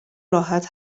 راحت